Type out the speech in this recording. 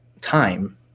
time